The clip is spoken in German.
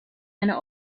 eine